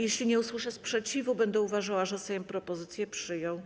Jeśli nie usłyszę sprzeciwu, będę uważała, że Sejm propozycję przyjął.